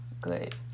good